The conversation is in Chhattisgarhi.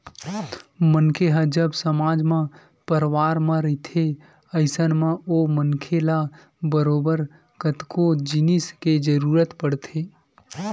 मनखे ह जब समाज म परवार म रहिथे अइसन म ओ मनखे ल बरोबर कतको जिनिस के जरुरत पड़थे